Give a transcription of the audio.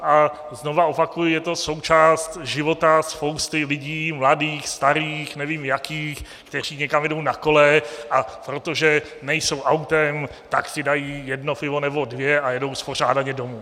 A znova opakuji, je to součást života spousty lidí, mladých, starých, nevím jakých, kteří někam jedou na kole, a protože nejsou autem, tak si dají jedno pivo nebo dvě a jedou spořádaně domů.